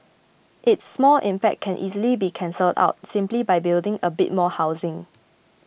its small impact can easily be cancelled out simply by building a bit more housing